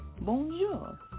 bonjour